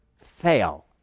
fail